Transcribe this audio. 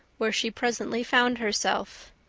where she presently found herself.